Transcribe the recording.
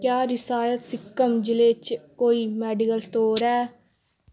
क्या रिसायत सिक्किम जि'ले च कोई मेडिकल स्टोर ऐ